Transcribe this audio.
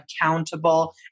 accountable